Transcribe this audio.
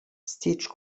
stitch